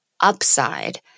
upside